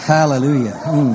Hallelujah